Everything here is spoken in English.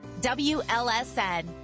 WLSN